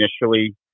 initially